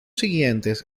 siguientes